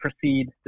proceed